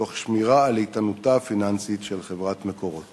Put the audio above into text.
תוך שמירה על איתנותה הפיננסית של חברת "מקורות".